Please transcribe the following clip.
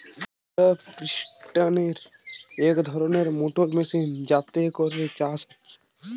land ইমপ্রিন্টের এক ধরণের মোটর মেশিন যাতে করে চাষ হচ্ছে